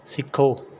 ਸਿੱਖੋ